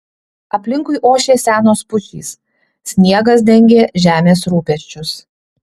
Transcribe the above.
aplinkui ošė senos pušys sniegas dengė žemės rūpesčius